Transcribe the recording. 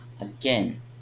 again